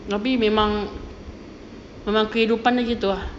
tapi memang memang kehidupan dia gitu ah